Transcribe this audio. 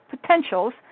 potentials